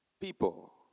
people